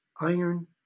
iron